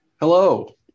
Hello